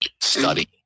study